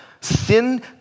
sin